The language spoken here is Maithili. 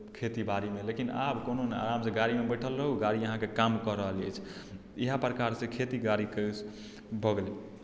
खेती बाड़ीमे लेकिन आब कोनो नहि आरामसँ गाड़ीमे बैठल रहू गाड़ी अहाँकेँ काम कऽ रहल अछि इएह प्रकारसँ खेती बाड़ीके भऽ गेलै